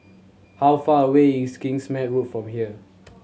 how far away is Kingsmead Road from here